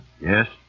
Yes